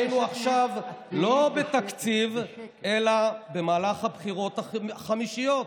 היינו עכשיו לא בתקציב אלא במהלך הבחירות החמישיות,